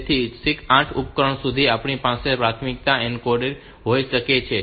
તેથી 8 ઉપકરણો સુધી આપણી પાસે આ પ્રાથમિકતા એન્કોડિંગ હોઈ શકે છે